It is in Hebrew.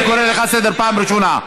אני קורא אותך לסדר פעם ראשונה.